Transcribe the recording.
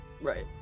Right